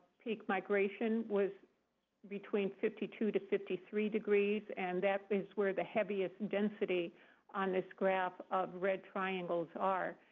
peak migration was between fifty two to fifty three degrees. and that is where the heaviest density on this graph of red triangles are.